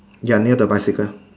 you're near the bicycle